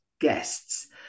guests